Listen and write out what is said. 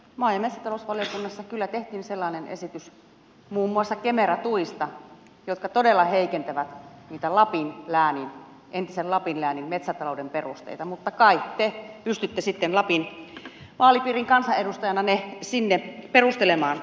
maa ja metsätalousvaliokunnassa kyllä tehtiin sellainen esitys muun muassa kemera tuista että ne todella heikentävät niitä entisen lapin läänin metsätalouden perusteita mutta kai te pystytte sitten lapin vaalipiirin kansanedustajana ne sinne perustelemaan